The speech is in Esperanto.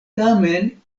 tamen